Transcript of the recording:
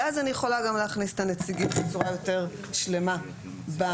ואז אני יכולה גם להכניס את הנציגים בצורה יותר שלמה בהרכב.